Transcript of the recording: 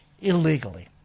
illegally